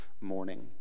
morning